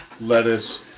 lettuce